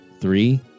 three